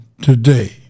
today